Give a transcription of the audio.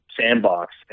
sandbox